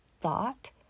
thought